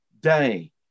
day